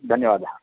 हा धन्यवादः